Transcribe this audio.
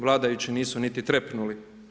Vladajući nisu niti trepnuli.